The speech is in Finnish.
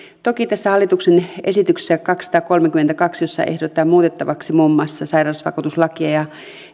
toki tässä hallituksen esityksessä kaksisataakolmekymmentäkaksi jossa ehdotetaan muutettavaksi muun muassa sairausvakuutuslakia ja